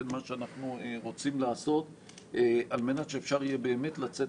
מה שאנחנו רוצים לעשות על מנת שאפשר יהיה באמת לצאת